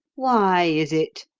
why is it?